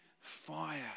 fire